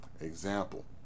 example